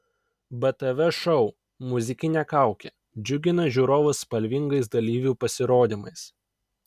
btv šou muzikinė kaukė džiugina žiūrovus spalvingais dalyvių pasirodymais